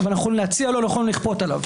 יכולים להציע לו, לא לכפות עליו.